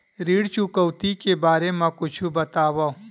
ऋण चुकौती के बारे मा कुछु बतावव?